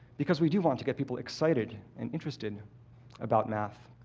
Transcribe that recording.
because we do want to get people excited and interested about math.